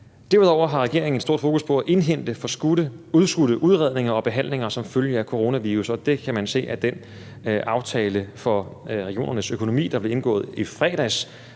Derudover har regeringen stort fokus på at indhente udskudte udredninger og behandlinger som følge af coronavirus, og det kan man se af den aftale for regionernes økonomi, der blev indgået i fredags,